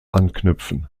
anknüpfen